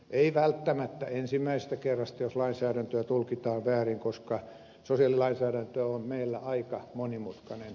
ei välttämättä ensimmäisestä kerrasta jos lainsäädäntöä tulkitaan väärin koska sosiaalilainsäädäntö on meillä aika monimutkainen